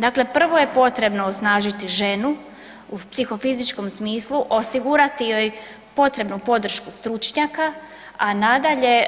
Dakle, prvo je potrebno osnažiti ženu u psihofizičkom smislu, osigurati joj potrebnu podršku stručnjaka, a nadalje